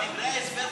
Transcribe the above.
דברי ההסבר חשובים,